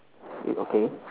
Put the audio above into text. y~ okay